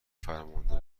فرمانده